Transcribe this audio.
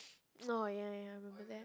orh ya ya ya I remember that